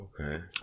Okay